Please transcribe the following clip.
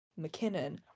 McKinnon